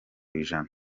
ijana